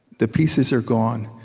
the pieces are gone,